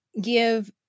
give